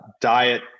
diet